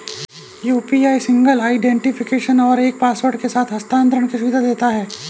UPI single identification और एक password के साथ हस्थानांतरण की सुविधा देता है